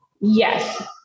yes